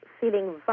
feeling